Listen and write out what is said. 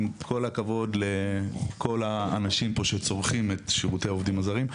עם כל הכבוד לאנשים שצורכים את שירותי העובדים הזרים,